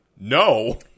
no